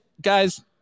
guys